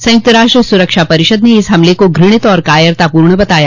संयुक्त राष्ट्र सुरक्षा परिषद ने इस हमले को घूणित और कायरतापूर्ण बताया